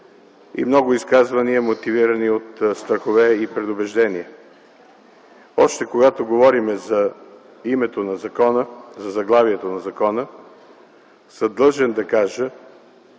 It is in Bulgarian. и много изказвания мотивирани от страхове и предубеждения. Още когато говорим за името на закона, за заглавието на закона, съм длъжен да кажа,